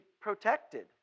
protected